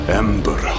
ember